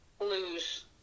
lose